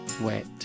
wet